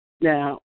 Now